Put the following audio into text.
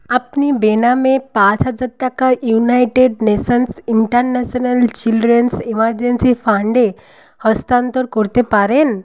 আপনি বেনামে পাঁচ হাজার টাকা United Nations International Children's Emergency ফান্ডে হস্তান্তর করতে পারেন